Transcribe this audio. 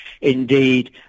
Indeed